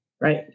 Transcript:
Right